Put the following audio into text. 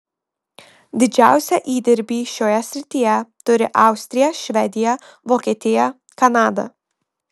didžiausią įdirbį šioje srityje turi austrija švedija vokietija kanada